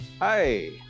Hi